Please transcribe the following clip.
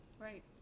right